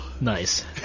Nice